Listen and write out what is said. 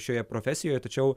šioje profesijoje tačiau